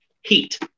heat